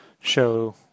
show